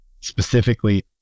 specifically